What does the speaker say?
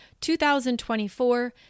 2024